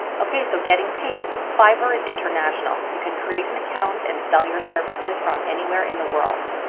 okay, so getting paid fiverr is international, you can create an account and sell your services from anywhere in the world.